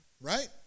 right